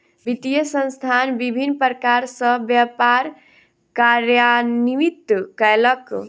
वित्तीय संस्थान विभिन्न प्रकार सॅ व्यापार कार्यान्वित कयलक